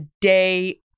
day